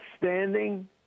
standing